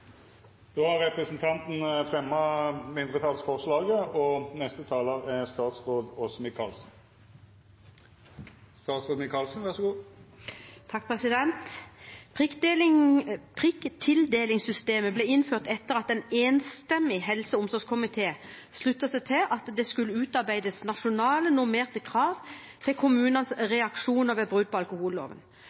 Da må reaksjonsnivået vera deretter. Representanten Kjersti Toppe har teke opp det forslaget ho refererte til. Prikktildelingssystemet ble innført etter at en enstemmig helse- og omsorgskomité sluttet seg til at det skulle utarbeides nasjonale normerte krav til kommunenes reaksjoner ved brudd på alkoholloven.